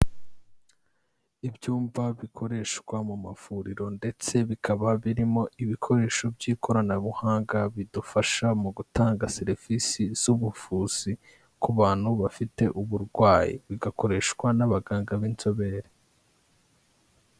Ibyumba bikoreshwa mu mavuriro ndetse bikaba birimo ibikoresho by'ikoranabuhanga bidufasha mu gutanga serivisi z'ubuvuzi, ku bantu bafite uburwayi bigakoreshwa n'abaganga b'inzobere.